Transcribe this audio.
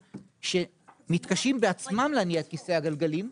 שמתקשים בעצמם להניע את כיסא הגלגלים,